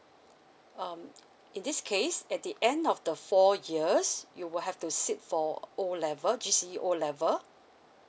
um in this case at the end of the four years you will have to sit for O level G C E O level